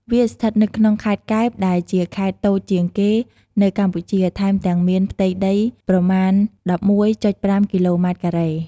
វាស្ថិតនៅក្នុងខេត្តកែបដែលជាខេត្តតូចជាងគេនៅកម្ពុជា ថែមទាំងមានផ្ទៃដីប្រមាណ ១១.៥ គីឡូម៉ែត្រការ៉េ។